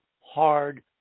hard